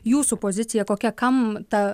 jūsų pozicija kokia kam ta